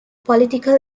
political